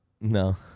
No